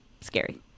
scary